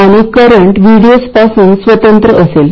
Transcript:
आता हे मदत का करते